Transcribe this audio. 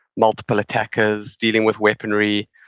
multiple attackers, dealing with weaponry,